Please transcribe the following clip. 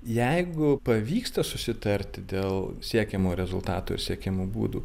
jeigu pavyksta susitarti dėl siekiamo rezultato ir siekimo būdų